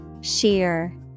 Sheer